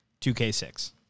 2K6